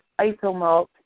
isomalt